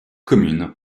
commune